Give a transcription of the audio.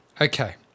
Okay